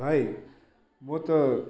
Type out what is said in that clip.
भाइ म त